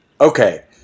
Okay